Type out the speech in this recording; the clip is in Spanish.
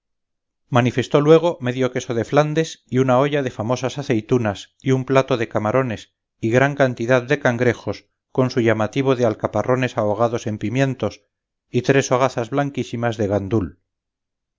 manifestó luego medio queso de flandes y una olla de famosas aceitunas y un plato de camarones y gran cantidad de cangrejos con su llamativo de alcaparrones ahogados en pimientos y tres hogazas blanquísimas de gandul